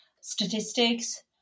statistics